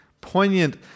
poignant